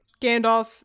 Gandalf